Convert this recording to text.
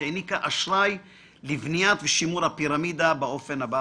העניקה אשראי לבניית ושימור הפירמידה באופן הבא,